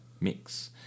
mix